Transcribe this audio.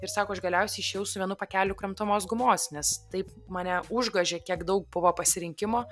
ir sako aš galiausiai išėjau su vienu pakeliu kramtomos gumos nes taip mane užgožė kiek daug buvo pasirinkimo